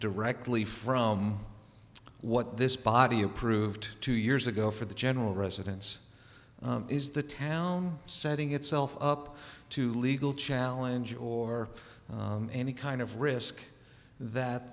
directly from what this body approved two years ago for the general residence is the town setting itself up to legal challenges or any kind of risk that